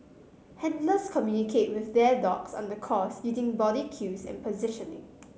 handlers communicate with their dogs on the course using body cues and positioning